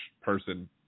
person